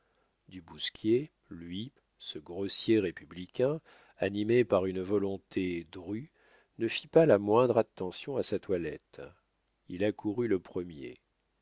du bousquier lui ce grossier républicain animé par une volonté drue ne fit pas la moindre attention à sa toilette il accourut le premier